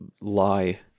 lie